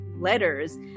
letters